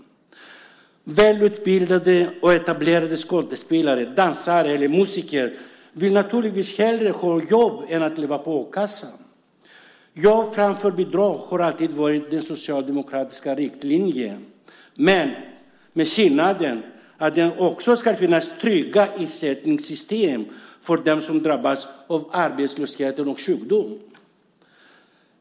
Välutbildade och etablerade skådespelare, dansare eller musiker vill naturligtvis hellre ha jobb än att leva på a-kassa. Jobb framför bidrag har alltid varit den socialdemokratiska linjen, men med skillnaden att det också ska finnas trygga ersättningssystem för dem som drabbas av arbetslöshet eller sjukdom.